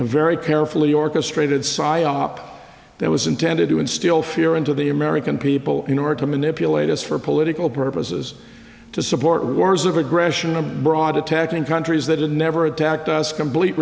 very carefully orchestrated psyop that was intended to instill fear into the american people in order to manipulate us for political purposes to support wars of aggression a broad attack in countries that have never attacked us complete